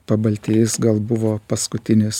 pabaltijys gal buvo paskutinis